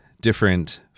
different